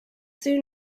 soon